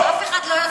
אף אחד לא,